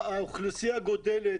האוכלוסייה גדלה,